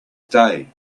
day